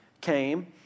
came